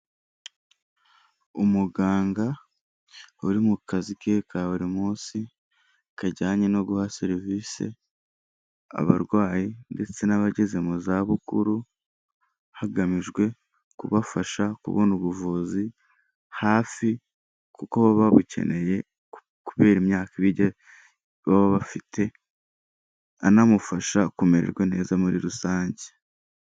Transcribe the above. Umuganga uri mu kazi ke ka buri munsi, kajyanye no guha serivisi abarwayi ndetse n'abageze mu zabukuru, hagamijwe kubafasha kubona ubuvuzi hafi kuko baba babukeneye kubera imyaka baba bafite, anamufasha kumererwa neza muri rusange.